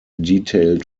detailed